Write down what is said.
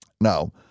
Now